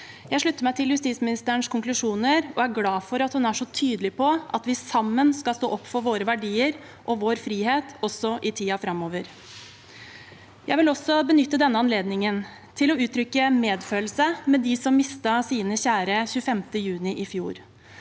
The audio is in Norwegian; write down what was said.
Jeg slutter meg til justisministerens konklusjoner og er glad for at hun er så tydelig på at vi sammen skal stå opp for våre verdier og vår frihet, også i tiden framover. Jeg vil også benytte denne anledningen til å uttrykke medfølelse med dem som mistet sine kjære 25. juni i fjor,